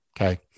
Okay